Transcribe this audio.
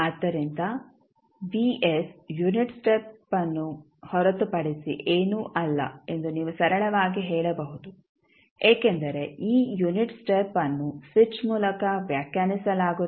ಆದ್ದರಿಂದ unit step ಅನ್ನು ಹೊರತುಪಡಿಸಿ ಏನೂ ಅಲ್ಲ ಎಂದು ನೀವು ಸರಳವಾಗಿ ಹೇಳಬಹುದು ಏಕೆಂದರೆ ಈ ಯುನಿಟ್ ಸ್ಟೆಪ್ ಅನ್ನು ಸ್ವಿಚ್ ಮೂಲಕ ವ್ಯಾಖ್ಯಾನಿಸಲಾಗುತ್ತಿದೆ